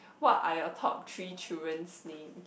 what are your top three children's names